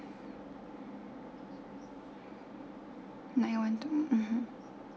nine one two mmhmm